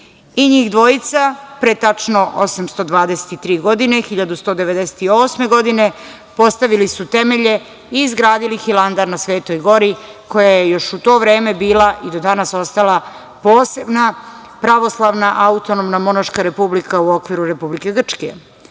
Njih dvojica pre tačno 823 godine, 1198. godine, postavili su temelje i izgradili Hilandar na Svetoj gori koja je još u to vreme bila i do danas ostala posebna pravoslavna autonomna monaška republika u okviru Republike